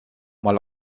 mal